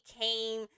came